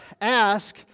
ask